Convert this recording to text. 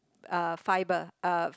uh fiber uh